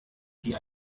wie